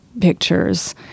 pictures